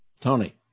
Tony